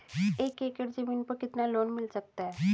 एक एकड़ जमीन पर कितना लोन मिल सकता है?